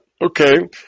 okay